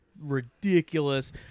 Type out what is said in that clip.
ridiculous